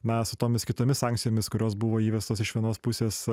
na su tomis kitomis sankcijomis kurios buvo įvestos iš vienos pusės